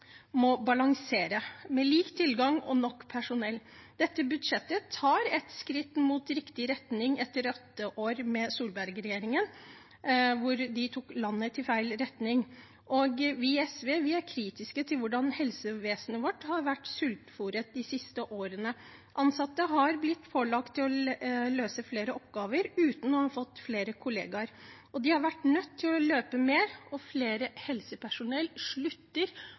nok personell. Dette budsjettet tar et skritt i riktig retning etter åtte år med Solberg-regjeringen, som tok landet i feil retning. Vi i SV er kritiske til hvordan helsevesenet vårt har vært sultefôret de siste årene. Ansatte har blitt pålagt å løse flere oppgaver uten å ha fått flere kollegaer, og de har vært nødt til å løpe mer. Flere helsepersonell slutter